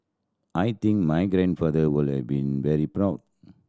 I think my grandfather will have been very proud